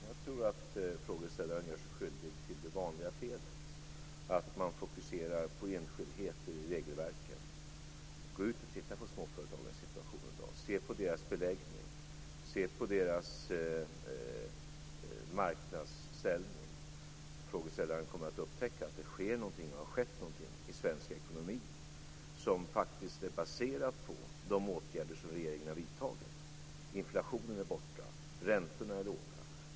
Fru talman! Jag tror att frågeställaren gör sig skyldig till det vanliga felet, nämligen att fokusera på enskildheter i regelverken. Gå ut och titta på småföretagarnas situation i dag och se på deras beläggning och deras marknadsställning! Då kommer frågeställaren att upptäcka att det sker någonting och har skett någonting i svensk ekonomi, som faktiskt är baserat på de åtgärder som regeringen har vidtagit. Inflationen är borta. Räntorna är låga.